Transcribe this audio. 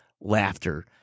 laughter